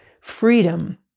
freedom